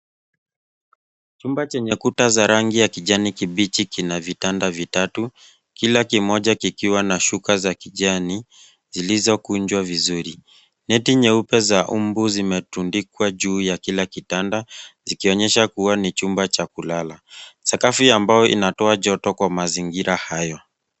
Chumba chenye kuta za rangi ya kijani kibichi kina vitanda vitatu, kila kimoja kikiwa na shuka za kijani zilizokunjwa vizuri. Net nyeupe za mbu zimetundikwa juu ya kila kitanda, zikionyesha kuwa ni chumba cha kulala. Sakafu ya mbao inatoa joto kwa mazingira hayo.